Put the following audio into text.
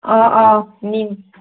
অ' অ' নিম